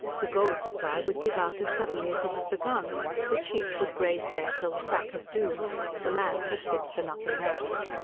the gold supply would give out as suddenly as it had begun but sheep would graze there till the crack of doom the land was fit for nothing else.